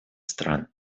стран